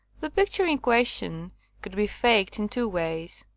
the picture in question could be faked in two ways.